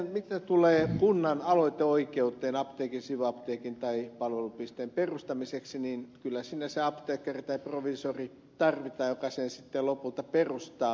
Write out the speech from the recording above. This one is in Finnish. mitä tulee kunnan aloiteoikeuteen apteekin sivuapteekin tai palvelupisteen perustamiseksi niin kyllä siinä se apteekkari tai proviisori tarvitaan joka sen sitten lopulta perustaa